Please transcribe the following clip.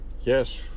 Yes